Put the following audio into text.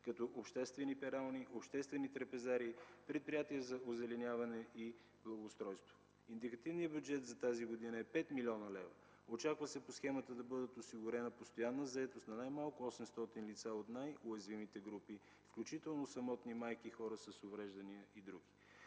като обществени перални, обществени трапезарии, предприятия за озеленяване и благоустройство. Индикативният бюджет за тази година е 5 млн. лв. Очаква се по схемата да бъде осигурена постоянна заетост на най-малко 800 лица от най-уязвимите групи, включително самотни майки, хора с увреждания и други.